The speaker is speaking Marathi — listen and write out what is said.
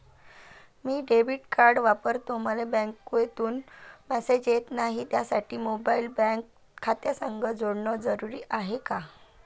मी डेबिट कार्ड वापरतो मले बँकेतून मॅसेज येत नाही, त्यासाठी मोबाईल बँक खात्यासंग जोडनं जरुरी हाय का?